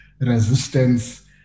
resistance